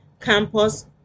campus